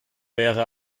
wäre